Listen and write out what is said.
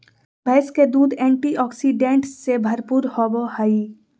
भैंस के दूध एंटीऑक्सीडेंट्स से भरपूर होबय हइ